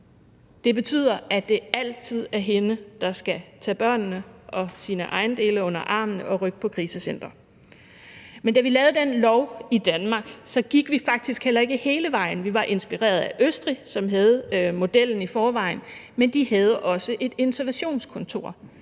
Det betyder, at det altid er hende, der skal tage børnene og sine ejendele under armen og rykke på krisecenter. Men da vi lavede den lov i Danmark, gik vi faktisk heller ikke hele vejen. Vi var inspireret af Østrig, som havde modellen i forvejen, men de havde også et interventionskontor.